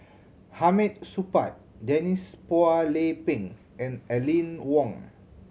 Hamid Supaat Denise Phua Lay Peng and Aline Wong